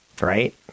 right